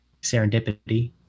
serendipity